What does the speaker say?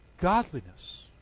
Godliness